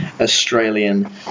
Australian